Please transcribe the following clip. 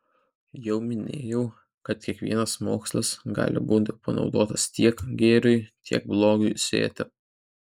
jau minėjau kad kiekvienas mokslas gali būti panaudotas tiek gėriui tiek blogiui sėti